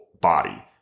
body